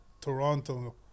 Toronto